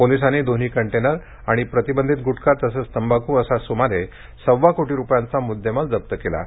पोलिसांनी दोन कटेनर आणि प्रतिबंधित गुटखा तसेच सुगंधित तंबाखू असा सुमारे सव्वा कोटी रुपयांचा मुद्देमाल जप्त केला आहे